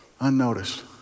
unnoticed